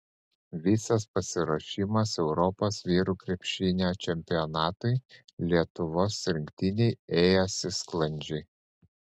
visas pasiruošimas europos vyrų krepšinio čempionatui lietuvos rinktinei ėjosi sklandžiai